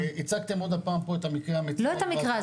הצגתם עוד הפעם פה את המקרה המצער הזה,